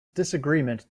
disagreement